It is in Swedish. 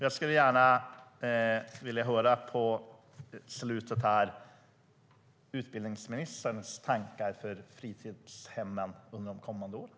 Jag skulle här på slutet gärna vilja höra utbildningsministerns tankar för fritidshemmen under de kommande åren.